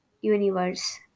Universe